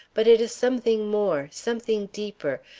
but it is something more, something deeper,